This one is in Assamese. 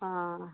অঁ